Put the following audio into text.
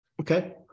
Okay